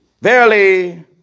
Verily